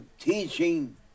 Teaching